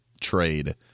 trade